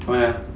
why ah